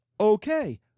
okay